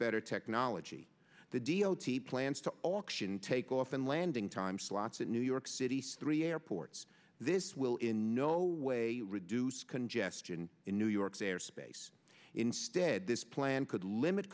better technology the d o t plans to auction takeoff and landing time slots at new york city's three airports this will in no way reduce congestion in new york's airspace instead this plan could limit